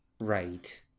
Right